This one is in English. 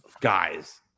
guys